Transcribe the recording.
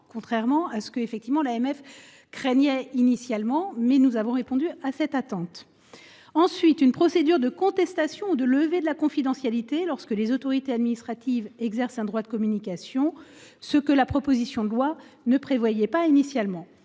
contrairement à ce que craignait initialement l’AMF. À cette attente, nous avons répondu. Nous avons également introduit une procédure de contestation ou de levée de la confidentialité lorsque les autorités administratives exercent un droit de communication, ce que la proposition de loi ne prévoyait pas initialement.